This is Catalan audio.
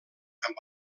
amb